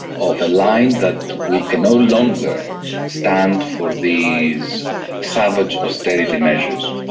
of a line that we can no longer stand for these savage austerity measures.